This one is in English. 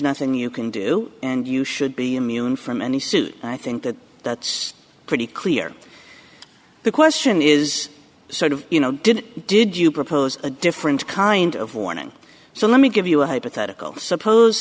nothing you can do and you should be immune from any suit and i think that that's pretty clear the question is sort of you know did did you propose a different kind of warning so let me give you a hypothetical suppose